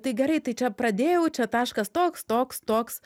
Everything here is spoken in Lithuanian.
tai gerai tai čia pradėjau čia taškas toks toks toks